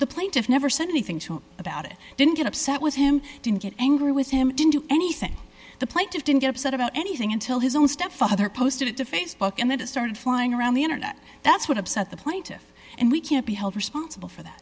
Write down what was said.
the plaintiff never said anything about it didn't get upset with him didn't get angry with him didn't do anything the plaintiff didn't get upset about anything until his own stepfather posted it to facebook and then it started flying around the internet that's what upset the point of and we can't be held responsible for that